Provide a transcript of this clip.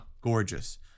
Gorgeous